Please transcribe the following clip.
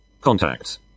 Contacts